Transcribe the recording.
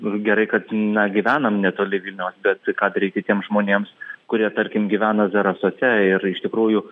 gerai kad na gyvenam netoli vilniaus bet ką daryti tiems žmonėms kurie tarkim gyvena zarasuose ir iš tikrųjų